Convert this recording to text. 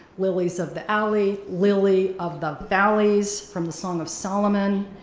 lilies of the alley, lily of the valleys, from the song of solomon,